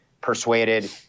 persuaded